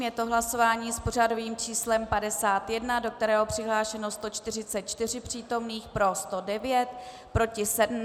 Je to hlasování s pořadovým číslem 51, do kterého přihlášeno 144 přítomných, pro 109, proti 7.